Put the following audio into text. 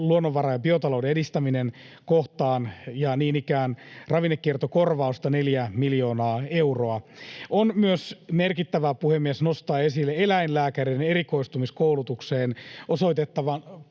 ”Luonnonvara‑ ja biotalouden edistäminen” ‑kohdassa ja niin ikään ravinnekiertokorvausta 4 miljoonaa euroa. On myös merkittävää, puhemies, nostaa esille eläinlääkäreiden erikoistumiskoulutukseen osoitettava